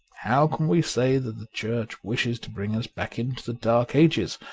how can we say that the church wishes to bring us back into the dark ages?